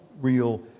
real